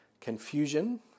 confusion